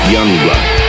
Youngblood